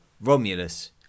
Romulus